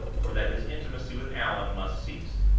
or that his intimacy with allan must cease.